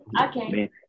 Okay